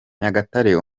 nyagatare